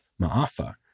Ma'afa